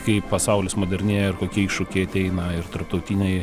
kaip pasaulis modernėja ir kokie iššūkiai ateina ir tarptautiniai